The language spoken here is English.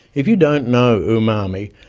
if you don't know umami,